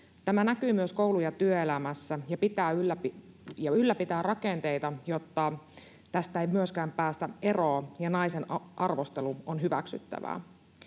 Tämä näkyy myös koulu- ja työelämässä ja ylläpitää rakenteita, niin että tästä ei myöskään päästä eroon ja naisen arvostelu on hyväksyttävää.